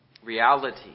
Reality